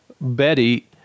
Betty